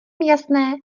jasné